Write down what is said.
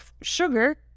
sugar